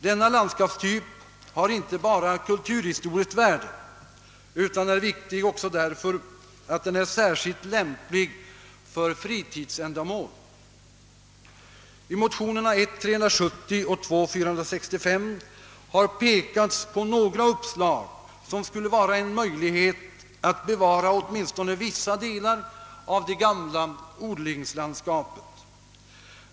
Denna landskapstyp har inte bara kulturhistoriskt värde, utan är viktig också därför att den är särskilt lämplig för fritidsändamål. I motionerna 1:370 och II: 465 har pekats på några uppslag som skulle göra det möjligt att bevara åtminstone vissa delar av det gamla odlingslandskapet.